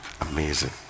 Amazing